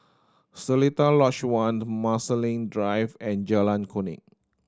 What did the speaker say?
Seletar Lodge One Marsiling Drive and Jalan Kuning